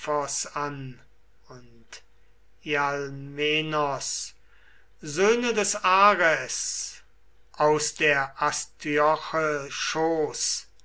an und ialmenos söhne des ares aus der astyoche